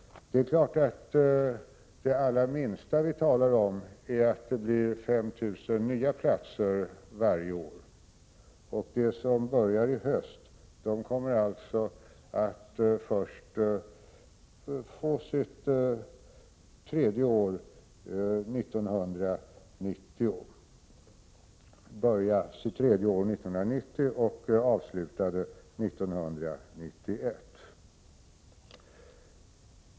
Det allra minsta vi pratar om är att det blir 5 000 nya platser varje år. De som börjar i höst kommer alltså att börja sitt tredje år 1990 och avsluta det 1991.